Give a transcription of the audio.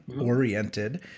oriented